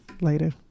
later